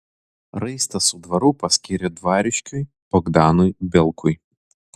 raistą su dvaru paskyrė dvariškiui bogdanui bielkui